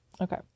Okay